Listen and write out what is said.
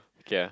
okay ah